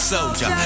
Soldier